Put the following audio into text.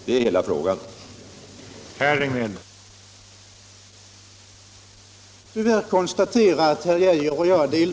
Det är det som det är fråga om.